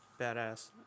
Badass